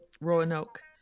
Roanoke